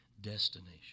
destination